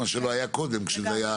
מה שלא היה קודם כשזה היה